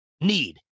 need